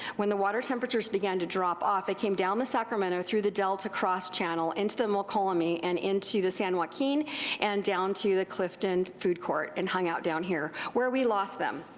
when the water temperatures began to drop off they came down the sacramento through the delta cross channel into the mokelumne and into the san joaquin and down to the clifton food court and hung out down here where we lost them.